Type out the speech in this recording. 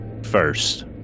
First